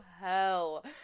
hell